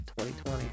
2020